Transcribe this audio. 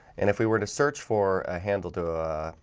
and if we were to search for a handle to a